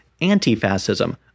anti-fascism